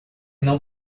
não